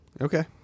Okay